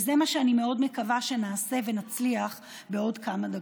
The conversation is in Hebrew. וזה מה שאני מאוד מקווה שנעשה ונצליח בעוד כמה דקות.